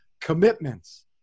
commitments